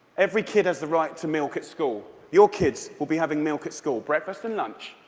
every kid has the right to milk at school. your kids will be having milk at school, breakfast and lunch,